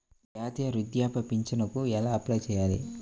జాతీయ వృద్ధాప్య పింఛనుకి ఎలా అప్లై చేయాలి?